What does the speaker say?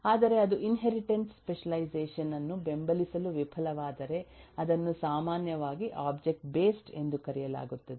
ಆದರೆ ಅದು inheritance specialisation ಅನ್ನು ಬೆಂಬಲಿಸಲು ವಿಫಲವಾದರೆ ಅದನ್ನು ಸಾಮಾನ್ಯವಾಗಿ ಒಬ್ಜೆಕ್ಟ್ ಬೇಸ್ಡ್ ಎಂದು ಕರೆಯಲಾಗುತ್ತದೆ